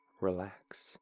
relax